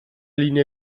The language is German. linie